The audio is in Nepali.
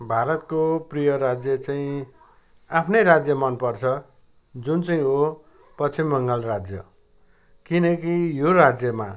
भारतको प्रिय राज्य चाहिँ आफ्नै राज्य मनपर्छ जुन चाहिँ हो पश्चिम बङ्गाल राज्य किनकि यो राज्यमा